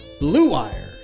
BLUEWIRE